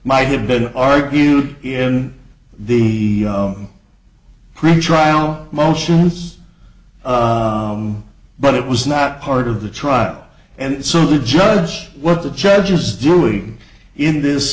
might have been argued in the pretrial motions but it was not part of the trial and so the judge what the judge is doing in this